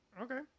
Okay